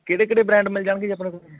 ਕਿਹੜੇ ਕਿਹੜੇ ਬ੍ਰਾਂਡ ਮਿਲ ਜਾਣਗੇ ਜੀ ਆਪਣੇ ਕੋਲ